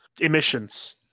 emissions